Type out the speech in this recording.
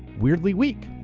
weirdly weak.